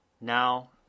Now